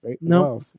No